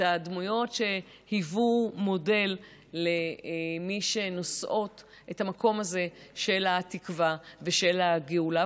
את הדמויות שהיו מודל למי שנושאות את המקום הזה של התקווה ושל הגאולה.